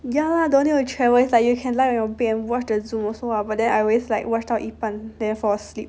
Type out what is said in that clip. ya lah don't need to travel is like you can lie on your bed and watch the Zoom also ah but then I always like watch 到一半 then fall asleep